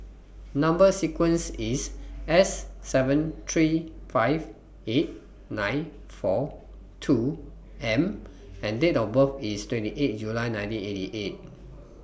Number sequence IS S seven three five eight nine four two M and Date of birth IS twenty eight July nineteen eighty eight